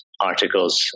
articles